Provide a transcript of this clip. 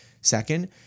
Second